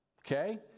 okay